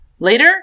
Later